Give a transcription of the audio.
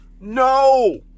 No